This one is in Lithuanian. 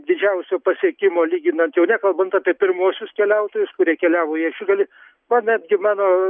didžiausio pasiekimo lyginant jau nekalbant apie pirmuosius keliautojus kurie keliavo į ašigalį va netgi mano